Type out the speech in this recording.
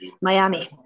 miami